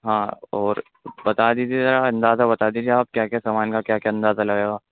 ہاں اور بتا دیجیے گا اندازہ بتا دیجیے آپ کیا کیا سامان کا کیا کیا اندازہ لگے گا